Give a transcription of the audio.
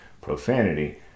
profanity